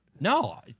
No